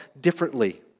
differently